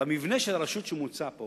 במבנה של הרשות שמוצע פה